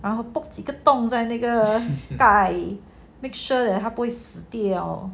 然后 pop 几个洞在那个盖 make sure that 他不会死掉